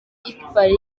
ikipari